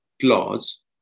clause